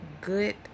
good